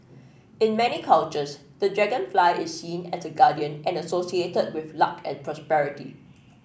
in many cultures the dragonfly is seen as a guardian and associated with luck and prosperity